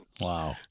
Wow